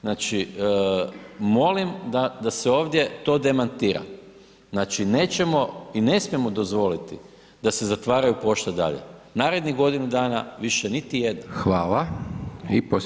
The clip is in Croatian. Znači, molim da se ovdje to demantira, znači nećemo i ne smijemo dozvoliti da se zatvaraju pošte dalje, narednih godinu dana više niti jedna.